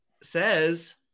says